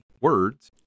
words